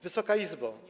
Wysoka Izbo!